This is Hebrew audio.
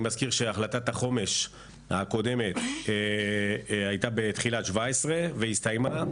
אני מזכיר שהחלטת החומש הקודמת הייתה בתחילת 2017 והסתיימה,